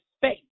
faith